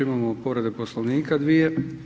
Imamo povrede Poslovnika dvije.